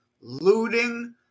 looting